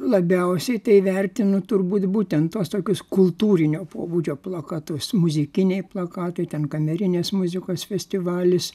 labiausiai tai vertinu turbūt būtent tuos tokius kultūrinio pobūdžio plakatus muzikiniai plakatai ten kamerinės muzikos festivalis